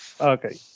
Okay